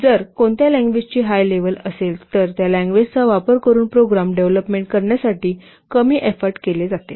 जर कोणत्या लँग्वेजची हाय लेव्हल असेल तर त्या लँग्वेजचा वापर करुन प्रोग्राम डेव्हलोपमेंट करण्यासाठी कमी एफोर्ट केले जातील